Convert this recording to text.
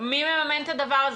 מממן את הדבר הזה?